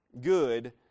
good